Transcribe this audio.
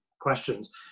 questions